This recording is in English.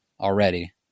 already